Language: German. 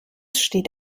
steht